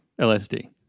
LSD